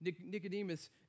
Nicodemus